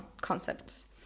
concepts